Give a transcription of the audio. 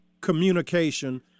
communication